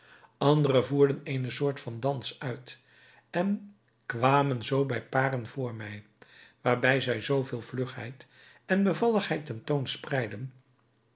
andere voerden eene soort van dans uit en kwamen zoo bij paren voor mij waarbij zij zoo veel vlugheid en bevalligheid